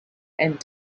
and